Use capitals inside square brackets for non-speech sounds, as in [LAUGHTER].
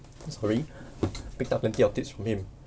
sorry [BREATH] picked up plenty of tips from him